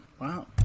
Wow